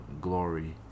glory